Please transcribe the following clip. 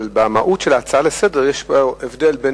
במהות של ההצעה לסדר-היום יש הבדל בין